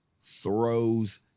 throws